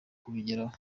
kubigeraho